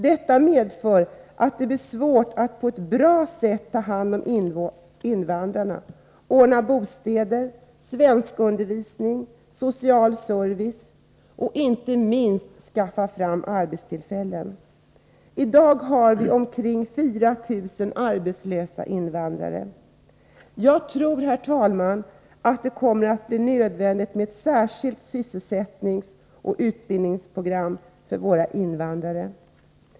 Detta medför att det blir svårt att på ett bra sätt ta hand om invandrarna, ordna bostäder, svenskundervisning, social service och inte minst skaffa fram arbetstillfällen. I dag har vi omkring 4 000 arbetslösa invandrare. Jag tror, herr talman, att det kommer att bli nödvändigt med ett särskilt sysselsättningsoch utbildningsprogram för våra invandrare.